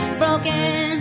broken